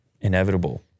inevitable